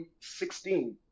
2016